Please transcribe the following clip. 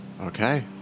Okay